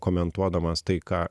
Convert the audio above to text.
komentuodamas tai ką